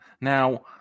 Now